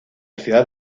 ciudad